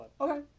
Okay